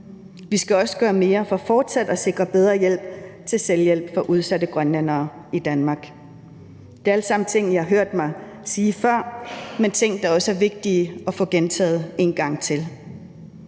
Vi skal også gøre mere for fortsat at sikre bedre hjælp til selvhjælp for udsatte grønlændere i Danmark. Det er alt sammen ting, som I har hørt mig sige før, men ting, der også er vigtige at få gentaget en gang til.